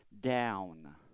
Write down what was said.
down